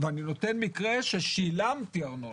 ואני נותן מקרה ששילמתי ארנונה,